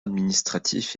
administratif